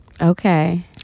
Okay